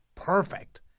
perfect